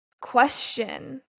question